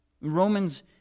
Romans